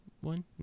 one